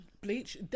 Bleach